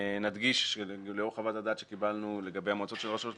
נדגיש שלאור חוות הדעת שקיבלנו לגבי המועצות של רשויות מקומיות,